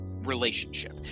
Relationship